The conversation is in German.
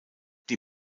die